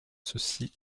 ceci